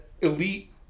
elite